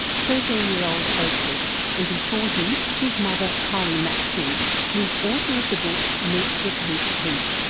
thirteen year old oakley and, before him, his mother kylee matson who's author of the book meet repeat pete.